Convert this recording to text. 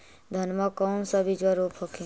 धनमा कौन सा बिजबा रोप हखिन?